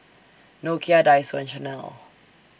Nokia Daiso and Chanel